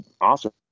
awesome